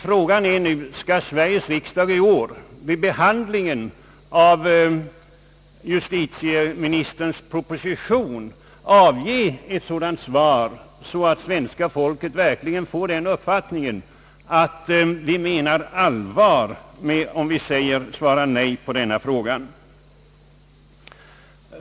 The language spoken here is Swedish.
Frågan är dock: Skall Sveriges riksdag i år vid behandlingen av justitieministerns proposition avge ett sådant svar att svenska folket verkligen får den uppfattningen att vi menar allvar, när vi svarar nej på frågan?